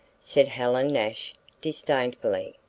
said helen nash disdainfully.